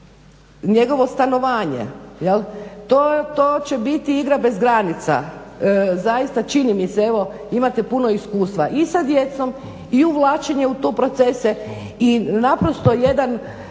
njegovo stanovanje. To će biti igra bez granica. Zaista čini mi se, evo imate puno iskustva i sa djecom i uvlačenje u te procese i naprosto jedan